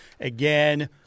again